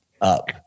up